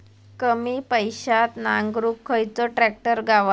कमी पैशात नांगरुक खयचो ट्रॅक्टर गावात?